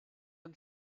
and